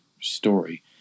story